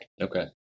Okay